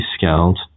discount